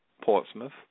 Portsmouth